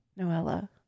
Noella